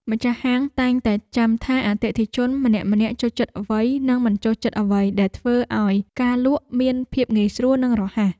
ម្ចាស់ហាងតែងតែចាំថាអតិថិជនម្នាក់ៗចូលចិត្តអ្វី និងមិនចូលចិត្តអ្វី ដែលធ្វើឱ្យការលក់មានភាពងាយស្រួលនិងរហ័ស។